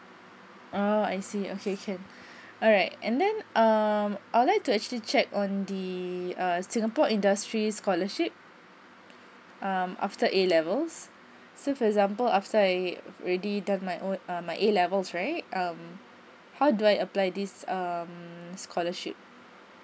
uh I see okay can alright and then um I would like to actually check on the uh singapore industry scholarship um after A levels so for example after I already done my own uh my a levels right um how do I apply this um scholarship